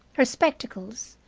her spectacles,